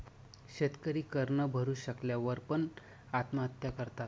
शेतकरी कर न भरू शकल्या वर पण, आत्महत्या करतात